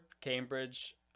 Cambridge